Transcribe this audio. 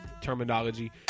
terminology